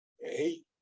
Hey